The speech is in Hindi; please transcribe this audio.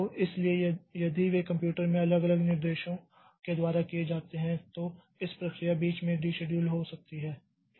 तो इसलिए यदि वे कंप्यूटर में अलग अलग निर्देशों के द्वारा किए जाते हैं तो इस प्रक्रिया बीच में डीशेड्यूल हो सकती है